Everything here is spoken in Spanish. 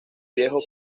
viejo